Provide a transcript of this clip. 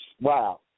Wow